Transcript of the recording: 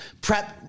prep